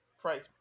price